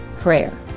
prayer